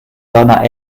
seiner